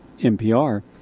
NPR